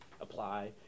apply